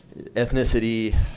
ethnicity